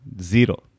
Zero